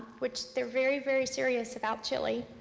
which they're very, very serious about chili,